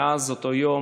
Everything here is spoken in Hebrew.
מאז אותו יום,